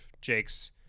Jake's